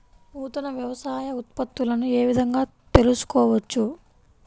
నూతన వ్యవసాయ ఉత్పత్తులను ఏ విధంగా తెలుసుకోవచ్చు?